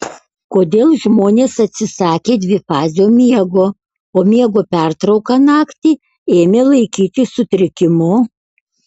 kodėl žmonės atsisakė dvifazio miego o miego pertrauką naktį ėmė laikyti sutrikimu